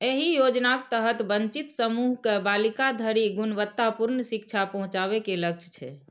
एहि योजनाक तहत वंचित समूह के बालिका धरि गुणवत्तापूर्ण शिक्षा पहुंचाबे के लक्ष्य छै